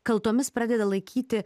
kaltomis pradeda laikyti